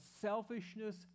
selfishness